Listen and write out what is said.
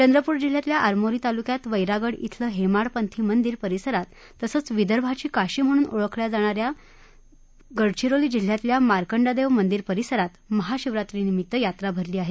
चंद्रपूर जिल्ह्याच्या आरमोरी तालुक्यात वैरागड इथलं हेमाडपंथी मंदिर परिसरात तसंच विदर्भाची काशी म्हणून ओळखल्या जाणाऱ्या गडचिरोली जिल्ह्यातल्या मार्कंडदेव मंदिर परिसरात महाशिवरात्रीनिमित्त यात्रा भरली आहे